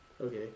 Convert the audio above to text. Okay